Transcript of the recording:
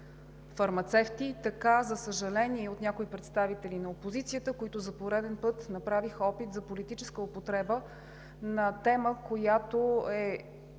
фармацевти, така, за съжаление, и от някои представители на опозицията, които за пореден път направиха опит за политическа употреба на тема, която е